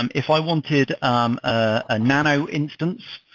and if i wanted um ah a nano instance,